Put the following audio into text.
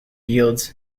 yields